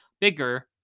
bigger